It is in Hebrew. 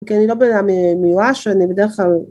כי אני לא בן אדם מיואש, אני בדרך כלל...